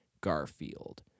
Garfield